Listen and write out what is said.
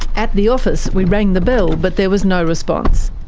at the office, we rang the bell but there was no response.